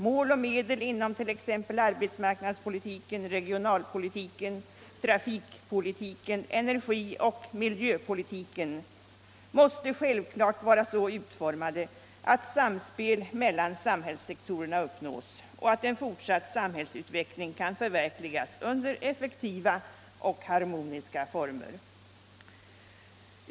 Mål och medel inom t.ex. arbetsmarknadspolitiken, regionalpolitiken, trafikpolitiken, energi och miljöpolitiken måste självklart vara så utformade att samspel mellan samhällssektorerna uppnås och att en fortsatt samhällsutveckling kan förverkligas under effektiva och harmoniska former.